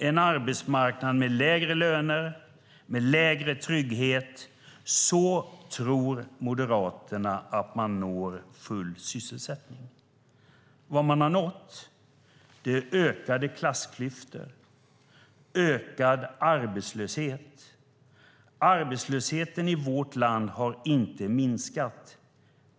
En arbetsmarknad med lägre löner och lägre trygghet - så tror Moderaterna att man når full sysselsättning. Vad man har nått är ökade klassklyftor och ökad arbetslöshet. Arbetslösheten i vårt land har inte minskat.